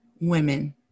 women